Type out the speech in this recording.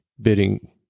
bidding